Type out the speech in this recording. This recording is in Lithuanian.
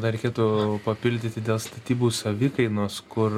dar reikėtų papildyti dėl statybų savikainos kur